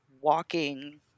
walking